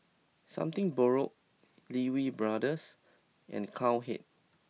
something Borrowed Lee Wee Brothers and Cowhead